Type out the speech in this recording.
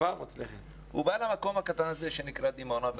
הוא בא למקום הקטן הזה שנקרא דימונה.